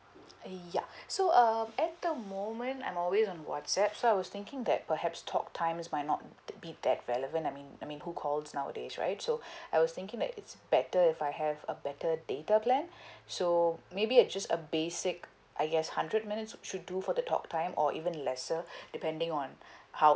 uh ya so uh at the moment I'm always on whatsapp so I was thinking that perhaps talk times might not t~ be that relevant I mean I mean who calls nowadays right so I was thinking that it's better if I have a better data plan so maybe a just a basic I guess hundred minutes should do for the talk time or even lesser depending on how